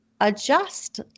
adjust